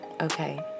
Okay